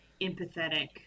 empathetic